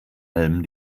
allem